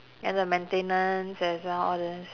and the maintenance as well all this